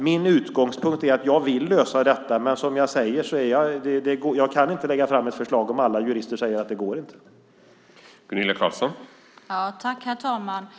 Min utgångspunkt är att jag vill lösa detta, men jag kan inte lägga fram något förslag om alla jurister säger att det inte går.